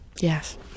Yes